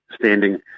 standing